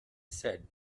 said